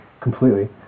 Completely